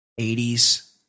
80s